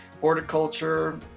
horticulture